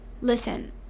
listen